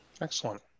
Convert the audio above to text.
Excellent